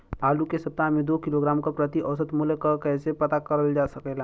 आलू के सप्ताह में दो किलोग्राम क प्रति औसत मूल्य क कैसे पता करल जा सकेला?